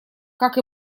как